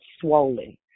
swollen